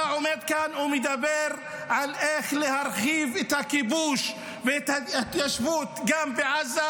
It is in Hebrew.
אתה עומד כאן ומדבר על איך להרחיב את הכיבוש ואת ההתיישבות גם בעזה,